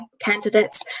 candidates